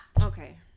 Okay